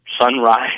sunrise